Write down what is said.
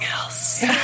else